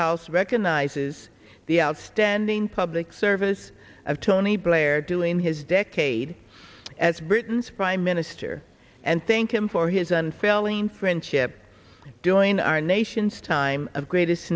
house recognizes the outstanding public service of tony blair doing his decade as britain's prime minister and thank him for his unfailing friendship doing our nation's time of greatest